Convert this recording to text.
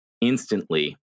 instantly